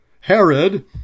Herod